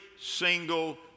single